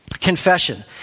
confession